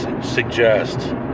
suggest